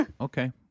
Okay